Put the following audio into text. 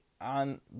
on